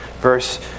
verse